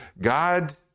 God